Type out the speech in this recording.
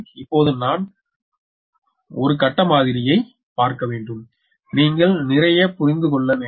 இப்போது நாம் ஒரு கட்ட மாதிரியைப் பார்க்க வேண்டும் நீங்கள் நிறைய புரிந்து கொள்ள வேண்டும்